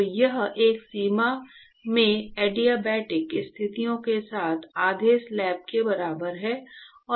तो यह एक सीमा में अड़िआबाटिक स्थितियों के साथ आधे स्लैब के बराबर है